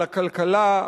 על הכלכלה,